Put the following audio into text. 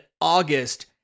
August